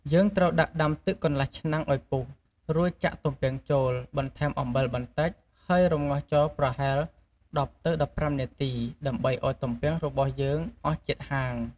យើងត្រូវដាក់ដាំទឹកកន្លះឆ្នាំងឱ្យពុះ រួចចាក់ទំពាំងចូល បន្ថែមអំបិលបន្ដិច ហើយរំងាស់ចោលប្រហែល១០ ទៅ១៥នាទី ដើម្បីឱ្យទំពាំងរបស់យើងអស់ជាតិហាង។